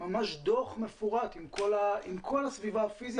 ממש דוח מפורט עם כל הסביבה הפיזית.